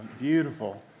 beautiful